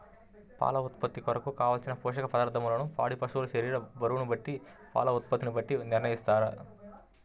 పాల ఉత్పత్తి కొరకు, కావలసిన పోషక పదార్ధములను పాడి పశువు శరీర బరువును బట్టి పాల ఉత్పత్తిని బట్టి నిర్ణయిస్తారా?